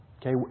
Okay